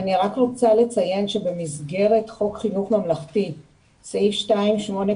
אני רק רוצה לציין שבמסגרת חוק חינוך ממלכתי סעיף 2(8)